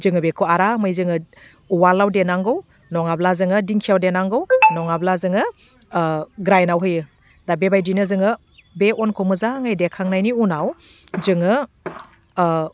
जोङो बेखौ आरामै जोङो उवालाव देनांगौ नङाब्ला जोङो दिंखियाव देनांनौ नङाब्ला जोङो ग्राइनाव होयो दा बेबायदिनो जोङो बे अनखौ मोजाङै देखांनायनि उनाव जोङो